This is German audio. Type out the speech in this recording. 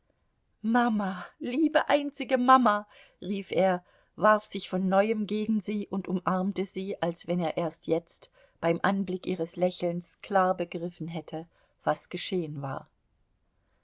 mama liebe einzige mama rief er warf sich von neuem gegen sie und umarmte sie als wenn er erst jetzt beim anblick ihres lächelns klar begriffen hätte was geschehen war